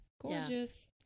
Gorgeous